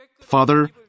Father